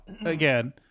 again